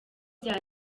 bya